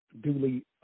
duly